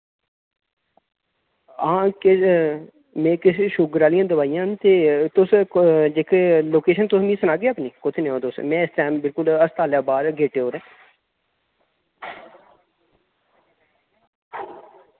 हां इक एह् नेईं किश शुगर आह्लियां दवाइयां न ते तुस क जेह्के लोकेशन तुस मि सनागे अपनी कुत्थै नेही ओह् तुस मैं इस टैम बिल्कुल हास्ताले बाह्र गेटे पर